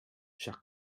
cher